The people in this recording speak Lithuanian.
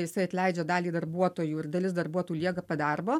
jisai atleidžia dalį darbuotojų ir dalis darbuotojų lieka be darbo